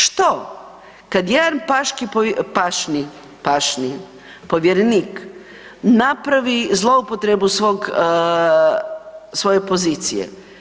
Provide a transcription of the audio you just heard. Što kad jedan pašni, pašni povjerenik napravi zloupotrebu svoje pozicije?